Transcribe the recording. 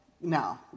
No